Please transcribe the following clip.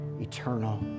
eternal